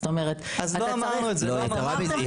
לא אמרנו את זה.